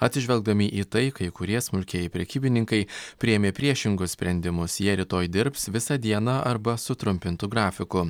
atsižvelgdami į tai kai kurie smulkieji prekybininkai priėmė priešingus sprendimus jie rytoj dirbs visą dieną arba sutrumpintu grafiku